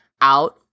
out